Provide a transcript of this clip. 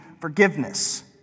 forgiveness